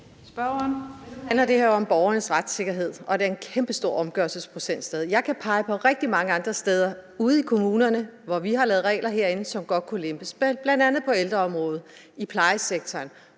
det her jo om borgernes retssikkerhed og den kæmpestore omgørelsesprocent stadig. Jeg kan pege på rigtig mange andre steder ude i kommunerne, hvor vi har lavet regler herindefra, som godt kunne lempes, bl.a. på ældreområdet i plejesektoren,